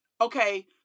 Okay